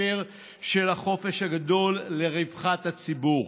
הספר של החופש הגדול לרווחת הציבור.